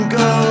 go